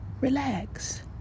relax